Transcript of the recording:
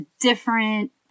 different